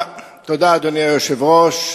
אדוני היושב-ראש,